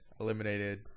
eliminated